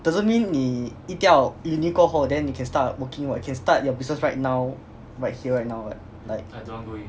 doesn't mean 你一到 uni 过后 then you can start working what you can start your business right now right here right now what like